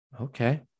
Okay